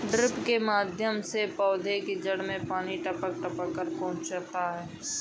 drip के माध्यम से पौधे की जड़ में पानी टपक टपक कर पहुँचता है